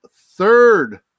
third